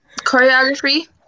choreography